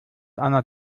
einer